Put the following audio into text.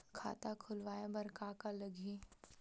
खाता खुलवाय बर का का लगही?